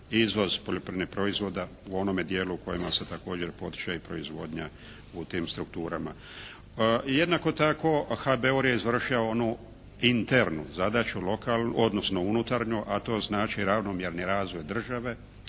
izvoz poljoprivrednih proizvoda u onome dijelu u kojem se također potiče proizvodnja u tim strukturama. Jednako tako HBOR je izvršio onu internu zadaću, odnosno unutarnju, a to znači ravnomjerni razvoj države